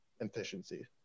efficiency